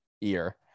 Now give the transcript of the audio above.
ear